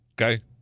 Okay